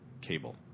cable